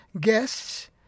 guests